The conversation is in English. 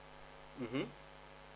mmhmm